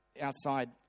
outside